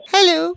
Hello